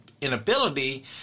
inability